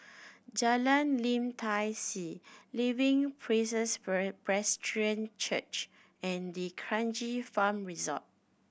Jalan Lim Tai See Living Praises Presbyterian Church and D'Kranji Farm Resort